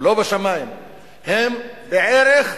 הן בערך,